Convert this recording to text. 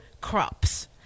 crops